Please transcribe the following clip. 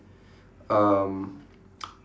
um